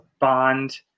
bond